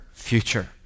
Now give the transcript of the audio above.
future